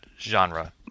genre